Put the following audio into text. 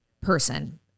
person